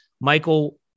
Michael